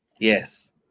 yes